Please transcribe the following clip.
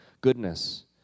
goodness